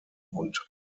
und